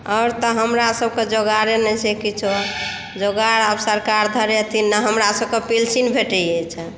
आओर तऽ हमरा सभकेँ जोगारे नहि छै किछो जोगाड़ अब सरकार धरेथिन नहि हमरा सभकेँ पेन्शील भेटै अछि